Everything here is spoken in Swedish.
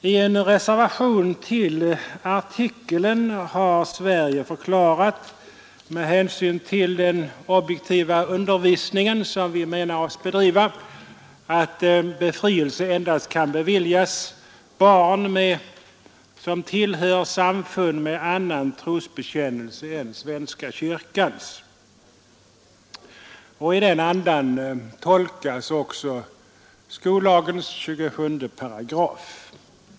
I en reservation till artikeln har Sverige förklarat, med hänsyn till den objektiva undervisning som vi menar oss bedriva, att befrielse endast kan beviljas barn som tillhör samfund med annan trosbekännelse än svenska kyrkans. I den andan tolkas också skollagens 27 §.